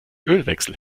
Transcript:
ölwechsel